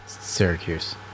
Syracuse